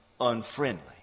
unfriendly